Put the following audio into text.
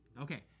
Okay